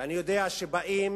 ואני יודע שבאים